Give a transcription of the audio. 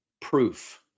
proof